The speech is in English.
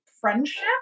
friendship